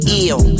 ill